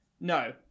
No